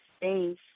space